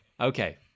Okay